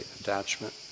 attachment